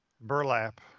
Burlap